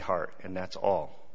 heart and that's all